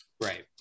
Right